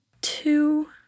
Two